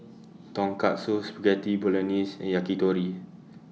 Tonkatsu Spaghetti Bolognese and Yakitori